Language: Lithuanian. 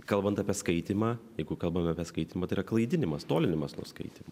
kalbant apie skaitymą jeigu kalbame apie skaitymą tai yra klaidinimas tolinimas nuo skaitymo